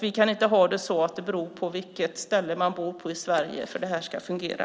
Vi kan inte ha det så att det beror på var i Sverige man bor för att det här ska fungera.